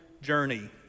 journey